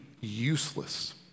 useless